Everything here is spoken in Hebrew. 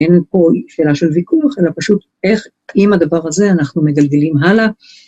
אין פה שאלה של ויכוח, אלא פשוט איך עם הדבר הזה אנחנו מגלגלים הלאה.